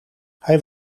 hij